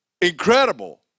incredible